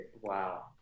Wow